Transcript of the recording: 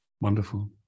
Wonderful